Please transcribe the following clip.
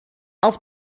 auf